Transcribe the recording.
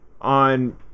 on